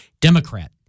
Democrat